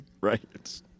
Right